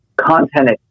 content